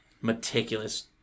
meticulous